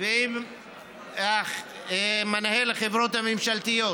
ועם מנהל החברות הממשלתיות